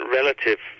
relative